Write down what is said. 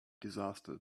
disaster